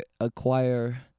acquire